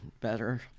better